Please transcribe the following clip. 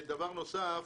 דבר נוסף.